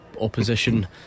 opposition